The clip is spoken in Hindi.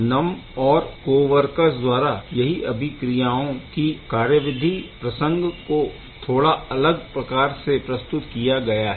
नम और कोवर्कर्स द्वारा यही अभिक्रियाओं की कार्यविधि के प्रसंग को थोड़ी अलग प्रकार से प्रस्तुत किया गया है